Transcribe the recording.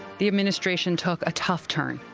the administration took a tough turn,